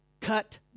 cut